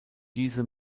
diese